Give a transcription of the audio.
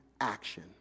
action